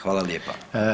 Hvala lijepa.